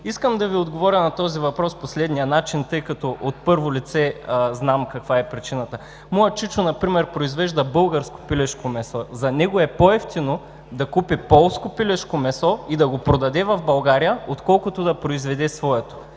Искам да Ви отговоря на този въпрос по следния начин, тъй като от първо лице знам каква е причината. Например моят чичо произвежда българско пилешко месо. За него е по-евтино да купи полско пилешко месо и да го продаде в България, отколкото да произведе своето,